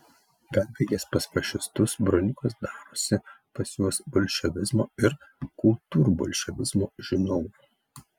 perbėgęs pas fašistus broniukas darosi pas juos bolševizmo ir kultūrbolševizmo žinovu